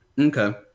okay